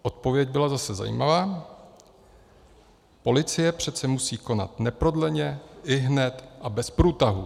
Odpověď byla zase zajímavá: policie přece musí konat neprodleně, ihned a bez průtahů.